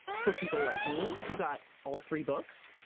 for people like me, who got all three books,